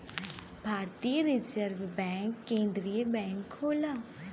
भारतीय reserve bank केन्द्रीय bank होला